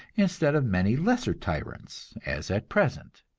instead of many lesser tyrants, as at present.